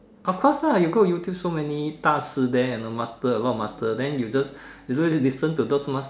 of course lah you go YouTube so many Da Ci there and the master a lot of master then you just listen to those master